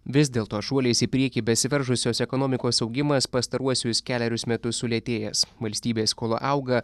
vis dėlto šuoliais į priekį besiveržusios ekonomikos augimas pastaruosius kelerius metus sulėtėjęs valstybės skola auga